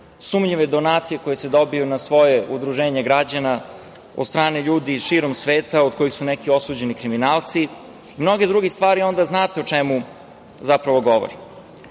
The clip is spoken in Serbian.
sumnjive donacije koje se dobiju na svoje udruženje građana od strane ljudi širom sveta od kojih su neki osuđeni kriminalci i mnoge druge stvari, onda znate o čemu zapravo govorim. Imali